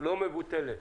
לא מבוטלת